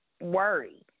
worry